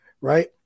Right